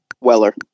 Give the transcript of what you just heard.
Weller